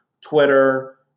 Twitter